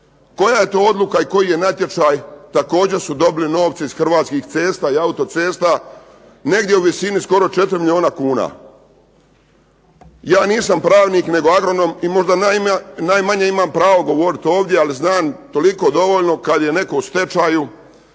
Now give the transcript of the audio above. Koja je to odluka i koji je to natječaj, također su dobili novce iz Hrvatskih cesta i auto-cesta negdje u visini skoro 4 milijuna kuna. Ja nisam pravnik nego agronom i možda najmanje imam pravo govoriti ovdje ali znam toliko dovoljno kad je netko u stečaju